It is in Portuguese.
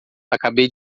acabei